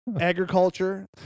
agriculture